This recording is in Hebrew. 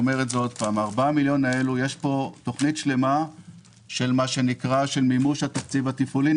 ב-4 מיליון השקלים האלה יש כאן תוכנית שלמה של מימוש התקציב התפעולי.